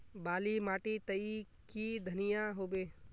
बाली माटी तई की धनिया होबे?